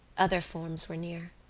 other forms were near.